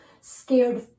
scared